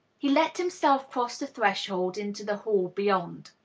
he let himself cross the threshold into the hall beyond.